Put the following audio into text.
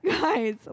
guys